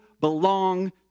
belong